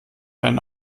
einen